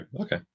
Okay